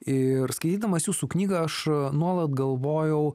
ir skaitydamas jūsų knygą aš nuolat galvojau